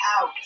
out